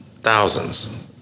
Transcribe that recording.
thousands